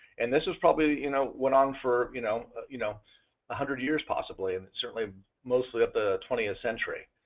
and this this probably you know went on for you know you know a one hundred years possibly, and certainly most like of the twentieth century.